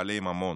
בעלי ממון.